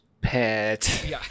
pet